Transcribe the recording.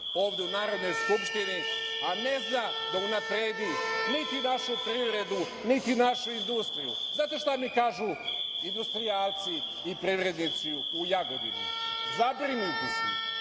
ovde u Narodnoj Skupštini, a ne zna da unapredi niti našu privredu, niti našu industriju. Znate šta mi kažu industrijalci i privrednici u Jagodini? Zabrinuti